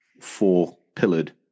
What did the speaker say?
four-pillared